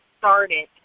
started